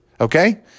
okay